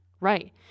Right